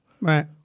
right